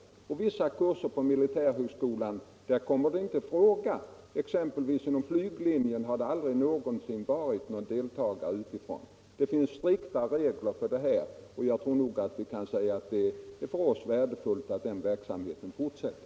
Vissa kurser på militärhögskolan kommer helt enkelt inte i fråga. Exempelvis har det inom flyglinjen aldrig någonsin funnits någon deltagare utifrån. Det finns strikta regler för detta, och jag tror att vi kan säga att det är värdefullt för oss att verksamheten fortsätter.